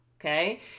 okay